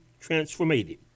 transformative